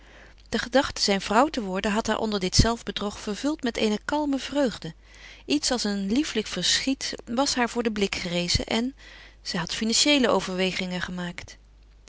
de gedachte zijn vrouw te worden had haar onder dit zelfbedrog vervuld met eene kalme vreugde iets als een lieflijk verschiet was haar voor den blik gerezen en zij had financiëele overwegingen gemaakt